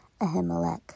Ahimelech